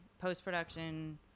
post-production